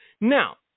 Now